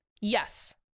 yes